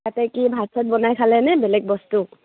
তাতে কি ভাত চাত বনাই খালেনে বেলেগ বস্তু